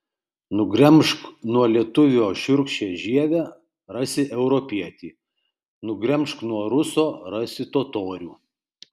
nugremžk nuo lietuvio šiurkščią žievę rasi europietį nugremžk nuo ruso rasi totorių